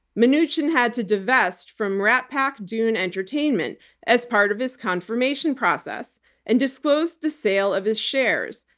mnuchin had to divest from ratpac-dune entertainment as part of his confirmation process and disclosed the sale of his shares,